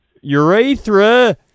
urethra